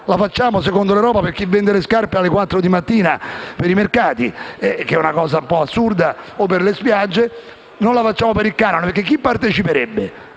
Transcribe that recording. La facciamo, secondo l'Europa, per chi vende le scarpe alle quattro di mattina, per i mercati, che è una cosa un po' assurda, o per le spiagge e non la facciamo per il canone perché chi parteciperebbe?